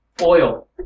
Oil